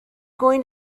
going